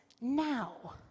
Now